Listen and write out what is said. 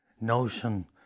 notion